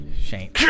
Shane